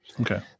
Okay